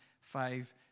five